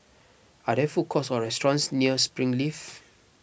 are there food courts or restaurants near Springleaf